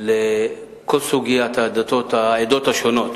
כל סוגיית הדתות, העדות השונות